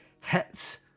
hits